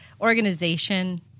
organization